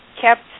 Kept